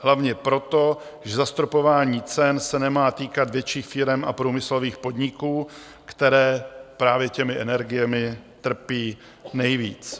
Hlavně proto, že zastropování cen se nemá týkat větších firem a průmyslových podniků, které právě těmi energiemi trpí nejvíc.